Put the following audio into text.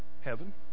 Heaven